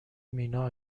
مینا